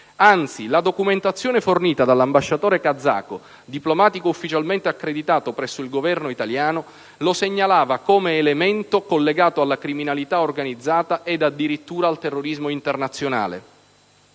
Anzi, la documentazione fornita dall'ambasciatore kazako, diplomatico ufficialmente accreditato presso il Governo italiano, lo segnalava come elemento collegato alla criminalità organizzata ed addirittura al terrorismo internazionale.